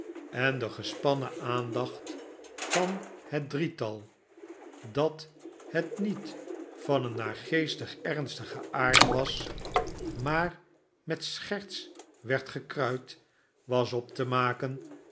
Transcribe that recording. en de gespannen aandacht van het drietal dat het niet van een naargeestig ernstigen aard was maar met scherts werd gekruid was op te maken